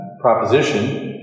proposition